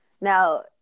now